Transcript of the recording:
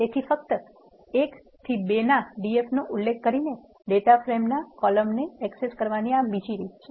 તેથી ફક્ત 1 થી 2 ના d f નો ઉલ્લેખ કરીને ડેટા ફ્રેમના કોલમને એક્સેસ કરવાની આ બીજી રીત છે